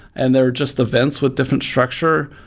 and they're just events with different structure.